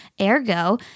Ergo